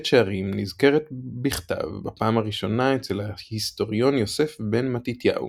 בית שערים נזכרת בכתב בפעם הראשונה אצל ההיסטוריון יוסף בן מתתיהו